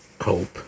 Hope